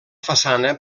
façana